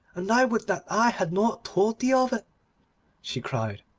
and i would that i had not told thee of it she cried,